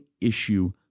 issue